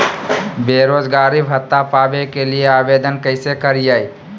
बेरोजगारी भत्ता पावे के लिए आवेदन कैसे करियय?